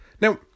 Now